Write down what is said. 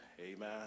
Amen